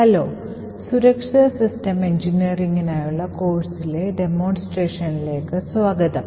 hello സുരക്ഷിത system എഞ്ചിനീയറിംഗിനായുള്ള കോഴ്സിലെ ഡെമോൺസ്ട്രേഷനിലേക്ക് സ്വാഗതം